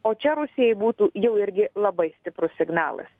o čia rusijai būtų jau irgi labai stiprus signalas